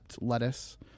lettuce